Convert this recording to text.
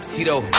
Tito